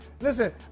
Listen